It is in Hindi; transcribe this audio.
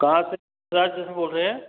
कहाँ से बोल रहे हैं